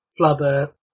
Flubber